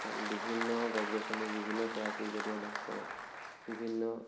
কাৰণ বিভিন্ন গছ গছনিত বিভিন্ন চৰাই চিৰিকটিয়ে বাস কৰে বিভিন্ন